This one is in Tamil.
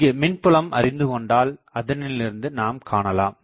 இங்கு மின்புலம் அறிந்துகொண்டால் அதனிலிருந்து நாம் காணலாம்